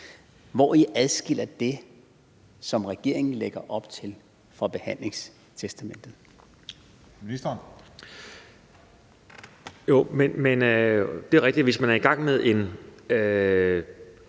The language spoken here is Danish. Hvori adskiller det, som regeringen lægger op til, sig fra behandlingstestamentet?